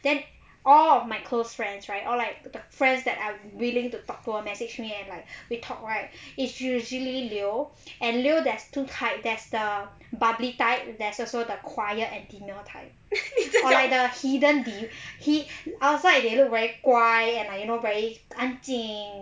then all of my close friends right or like the friends that are willing to talk to or message me and like we talk right is usually leo and leo there's two type there's the bubbly type there's also the quiet and demure type or like the hidden de~ hi~ the outside they look very 乖 and like you know very 安静